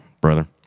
brother